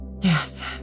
Yes